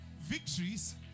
victories